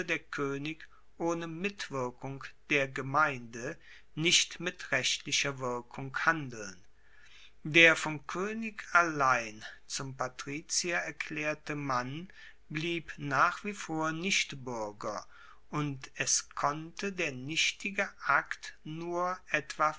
der koenig ohne mitwirkung der gemeinde nicht mit rechtlicher wirkung handeln der vom koenig allein zum patrizier erklaerte mann blieb nach wie vor nichtbuerger und es konnte der nichtige akt nur etwa